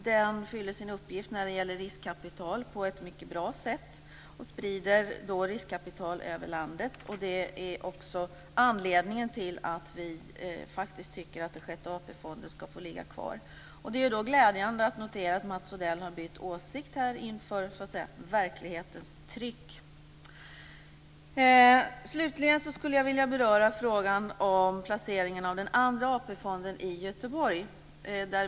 Den fyller sin uppgift när det gäller riskkapital på ett mycket bra sätt och sprider riskkapital över landet. Det är också anledningen till att vi tycker att Sjätte AP-fonden ska få ligga kvar. Det är glädjande att notera att Mats Odell har bytt åsikt inför verklighetens tryck. Slutligen skulle jag vilja beröra frågan om placeringen av Andra AP-fonden i Göteborg.